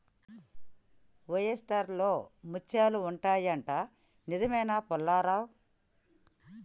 oyster లో ముత్యాలు ఉంటాయి అంట, నిజమేనా పుల్లారావ్